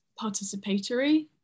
participatory